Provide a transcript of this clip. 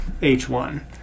H1